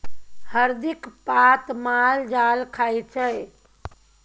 हरदिक पात माल जाल खाइ छै